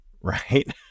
Right